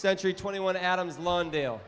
century twenty one adams lawndale